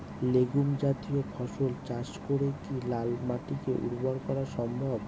Legume জাতীয় ফসল চাষ করে কি লাল মাটিকে উর্বর করা সম্ভব?